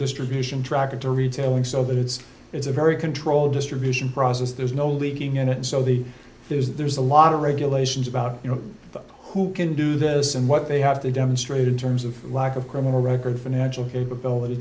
distribution track into retailing so that it's it's a very controlled distribution process there's no leaking in it so the there's a lot of regulations about you know who can do this and what they have to demonstrate in terms of lack of criminal record financial capability